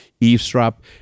eavesdrop